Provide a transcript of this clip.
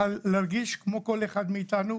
להרגיש כמו כל אחד מאיתנו,